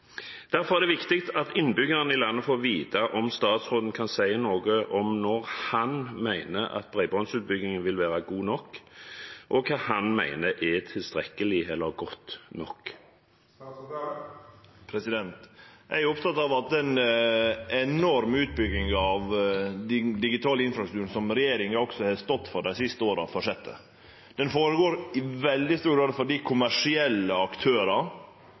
Derfor er det viktig at innbyggerne i landet får vite om statsråden kan si noe om når han mener at bredbåndsutbyggingen vil være god nok, og hva han mener er tilstrekkelig eller godt nok. Eg er oppteken av at den enorme utbygginga av digital infrastruktur som regjeringa har stått for dei siste åra, fortset. Den føregår i veldig stor grad fordi kommersielle